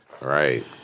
Right